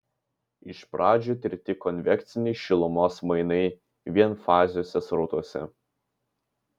iš pradžių tirti konvekciniai šilumos mainai vienfaziuose srautuose